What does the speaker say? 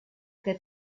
que